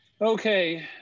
Okay